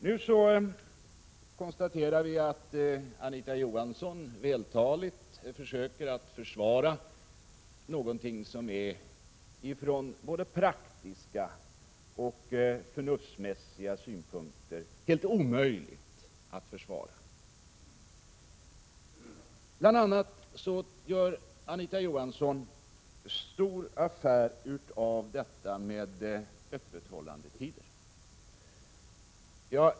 Nu konstaterar jag att Anita Johansson vältaligt försöker försvara någonting som från både praktiska och förnuftsmässiga synpunkter är helt omöjligt att försvara. Anita Johansson gör bl.a. en stor affär av öppethållandetiderna.